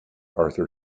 arthur